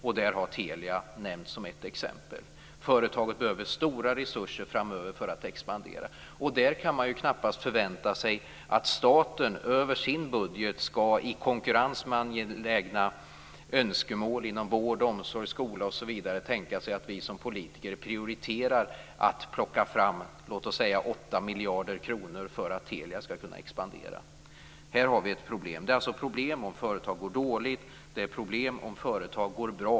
Telia har nämnts som ett exempel. Företaget behöver stora resurser framöver för att expandera. Man kan ju knappast förvänta sig att staten över sin budget i konkurrens med angelägna önskemål inom vård, omsorg och skola tänker sig att vi som politiker prioriterar att plocka fram låt oss säga 8 miljarder kronor för att Telia skall kunna expandera. Här har vi problem. Det är problem om företag går dåligt, och det är problem om företag går bra.